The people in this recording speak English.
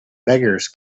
beggars